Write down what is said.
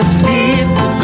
people